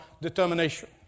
determination